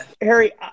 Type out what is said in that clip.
Harry